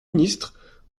ministre